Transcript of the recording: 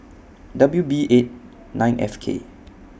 W B eight nine F K